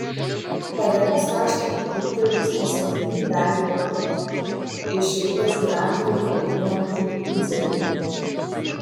padėkos raštai įteikti rusnės seniūnei daliai drobnienei bei šilutės gyventojui algimantui idzeliui